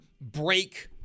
break